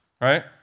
Right